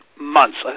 months